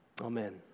Amen